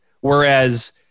Whereas